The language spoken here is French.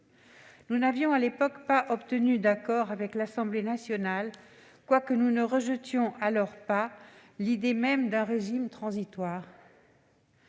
Nous n'avions à l'époque pas obtenu d'accord avec l'Assemblée nationale, alors que nous ne rejetions pas l'idée même d'un régime transitoire.